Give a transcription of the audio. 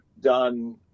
done